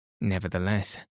Nevertheless